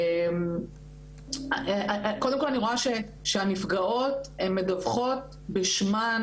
קודם כל אני רואה שהנפגעות מדווחות בשמן,